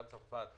גם צרפת,